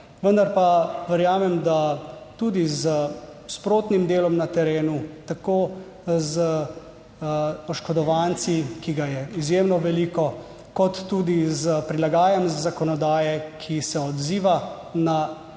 Vendar pa verjamem, da tudi s sprotnim delom na terenu, tako z oškodovanci, ki ga je izjemno veliko, kot tudi s prilagajanjem zakonodaje, ki se odziva na tiste